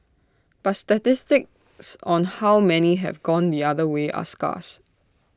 but statistics on how many have gone the other way are scarce